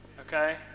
Okay